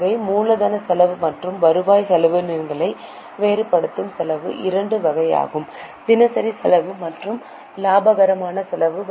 எனவே மூலதனச் செலவு மற்றும் வருவாய் செலவினங்களை வேறுபடுத்தும் செலவு இரண்டு வகையாகும் தினசரி செலவு மற்றும் இலாபகரமான செலவு